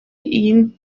iyi